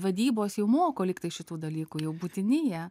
vadybos jau moko lyg tai šitų dalykų jau būtini jie